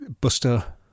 Buster